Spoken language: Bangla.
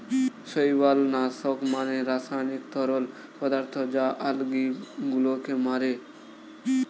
শৈবাল নাশক মানে রাসায়নিক তরল পদার্থ যা আলগী গুলোকে মারে